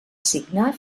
signar